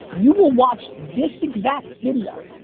you will watch this exact video,